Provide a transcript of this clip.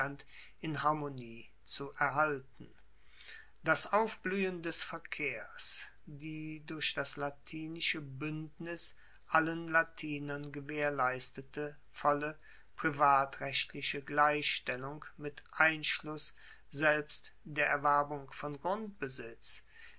in harmonie zu erhalten das aufbluehen des verkehrs die durch das latinische buendnis allen latinern gewaehrleistete volle privatrechtliche gleichstellung mit einschluss selbst der erwerbung von grundbesitz